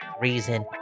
reason